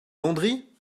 landry